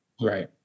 Right